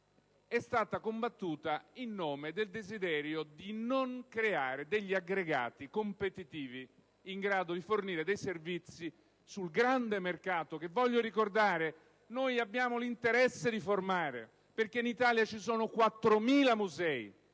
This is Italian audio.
è stata combattuta in nome del desiderio di non creare degli aggregati competitivi in grado di fornire dei servizi sul grande mercato che - voglio ricordare -noi abbiamo interesse di formare, perché in Italia ci sono 4000 musei.